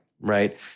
Right